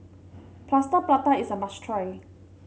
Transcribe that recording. Plaster Prata is a must try